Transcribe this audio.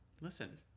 Listen